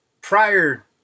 prior